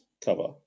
cover